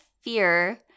fear